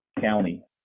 county